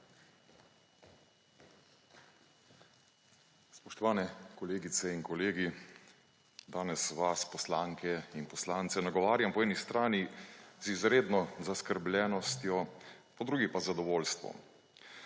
Spoštovani kolegice in kolegi! Danes vas, poslanke in poslance, nagovarjam po eni strani z izredno zaskrbljenostjo, po drugi pa z zadovoljstvom.